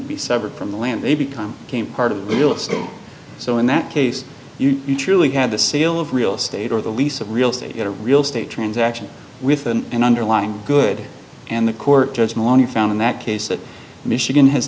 to be separate from the land they become came part of the real estate so in that case you truly have the sale of real estate or the lease of real estate a real estate transaction with an an underlying good and the court judgment on you found in that case that michigan has